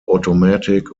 automatic